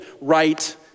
right